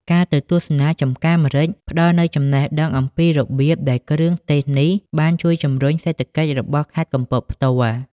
ការទៅទស្សនាចម្ការម្រេច ផ្តល់នូវចំណេះដឹងអំពីរបៀបដែលគ្រឿងទេសនេះ បានជួយជំរុញសេដ្ឋកិច្ចរបស់ខេត្តកំពតផ្ទាល់។